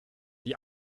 die